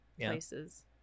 places